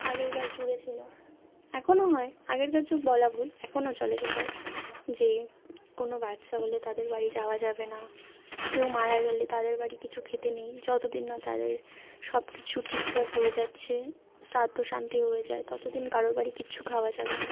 আগেকার যুগে ছিল এখনও হয় আগেরকার যুগ বলা ভুল এখনও চলে সেটাই যে কোনো বাচ্চা হলে তাদের বাড়ি যাওয়া যাবে না কেউ মারা গেলে তাদের বাড়ি কিছু খেতে নেই যত দিন না তাদের সব কিছু ঠিকঠাক হয়ে যাচ্ছে শ্রাদ্ধ শান্তি হয়ে যায় তত দিন কারোর বাড়ি কিচ্ছু খাওয়া যাবে না